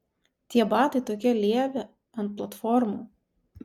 tie batai tokie lievi ant platformų